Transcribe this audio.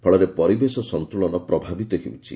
ଫଳରେ ପରିବେଶ ସନ୍ତୁଳନ ମଧ୍ୟ ପ୍ରଭାବିତ ହେଉଛି